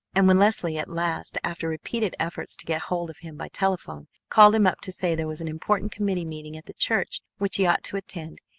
and when leslie at last, after repeated efforts to get hold of him by telephone, called him up to say there was an important committee meeting at the church which he ought to attend,